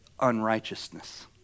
unrighteousness